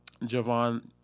Javon